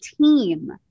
team